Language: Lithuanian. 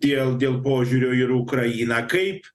dėl dėl požiūrio ir į ukrainą kaip